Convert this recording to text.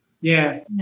Yes